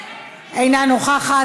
אינה נוכחת,